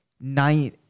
nine